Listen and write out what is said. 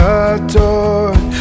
adored